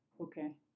okay